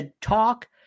talk